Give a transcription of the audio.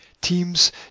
teams